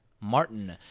Martin